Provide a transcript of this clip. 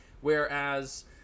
whereas